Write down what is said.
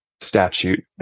statute